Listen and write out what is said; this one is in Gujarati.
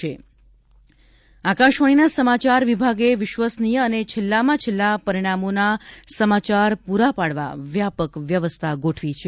પ્રોમો આકાશવાણી આકાશવાણીના સમાચાર વિભાગે વિશ્વસનીય અને છેલ્લામાં છેલ્લા પરિણામોના સમાચાર પૂરા પાડવા વ્યાપક વ્યવસ્થા ગોઠવી છે